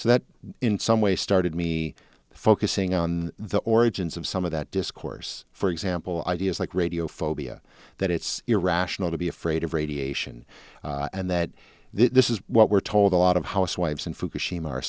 so that in some ways started me focusing on the origins of some of that discourse for example ideas like radio phobia that it's irrational to be afraid of radiation and that this is what we're told a lot of housewives